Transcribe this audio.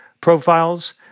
profiles